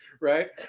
right